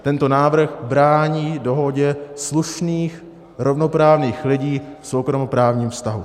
Tento návrh brání dohodě slušných rovnoprávných lidí v soukromoprávním vztahu.